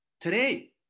Today